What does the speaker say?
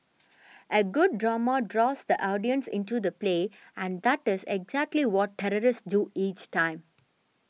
a good drama draws the audience into the play and that is exactly what terrorists do each time